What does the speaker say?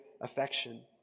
affection